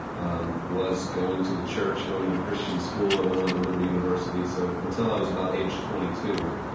um was going to the church, going to the christian school. i went on to liberty university. so until i was about age twenty two,